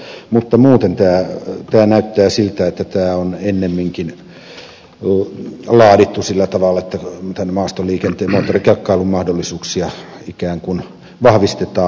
mutta muuten tämä näyttää siltä että tämä on ennemminkin laadittu sillä tavalla että tämän maastoliikenteen moottorikelkkailun mahdollisuuksia ikään kuin vahvistetaan